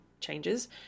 changes